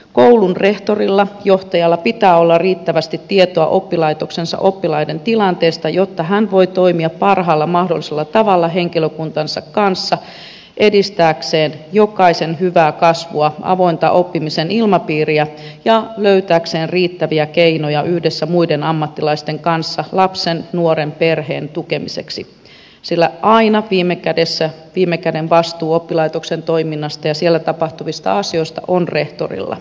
koulun rehtorilla johtajalla pitää olla riittävästi tietoa oppilaitoksensa oppilaiden tilanteesta jotta hän voi toimia parhaalla mahdollisella tavalla henkilökuntansa kanssa edistääkseen jokaisen hyvää kasvua avointa oppimisen ilmapiiriä ja löytääkseen riittäviä keinoja yhdessä muiden ammattilaisten kanssa lapsen nuoren perheen tukemiseksi sillä aina viime kädessä viime käden vastuu oppilaitoksen toiminnasta ja siellä tapahtuvista asioista on rehtorilla